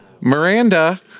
Miranda